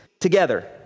together